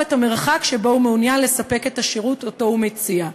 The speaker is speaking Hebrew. את המרחק שבו הוא מעוניין לספק את השירות שהוא מציע.